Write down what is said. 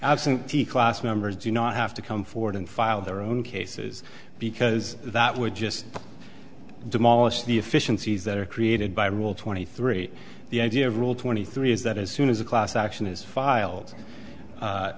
absent class members do not have to come forward and file their own cases because that would just demolished the efficiencies that are created by rule twenty three the idea of rule twenty three is that as soon as a class action is filed